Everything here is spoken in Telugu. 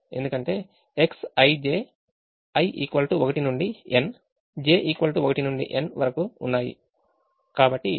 ఎందుకంటే Xij i 1 నుండి n j 1 నుండి n వరకు ఉన్నాయి కాబట్టి